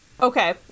Okay